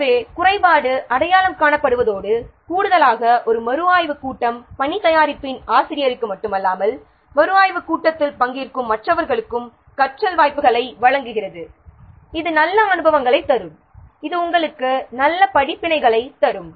எனவே குறைபாடு அடையாளம் காணப்படுவதோடு கூடுதலாக ஒரு மறுஆய்வுக் கூட்டம் பணி தயாரிப்பின் ஆசிரியருக்கு மட்டுமல்லாமல் மறுஆய்வுக் கூட்டத்தில் பங்கேற்கும் மற்றவர்களுக்கும் கற்றல் வாய்ப்புகளை வழங்குகிறது இது நல்ல அனுபவங்களைத் தரும் இது உங்களுக்கு நல்ல படிப்பினைகளைத் தரும்